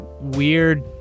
weird